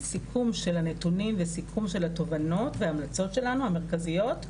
סיכום של הנתונים וסיכום של התובנות וההמלצות שלנו המרכזיות,